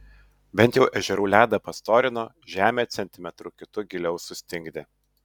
bent jau ežerų ledą pastorino žemę centimetru kitu giliau sustingdė